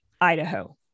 Idaho